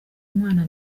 umwana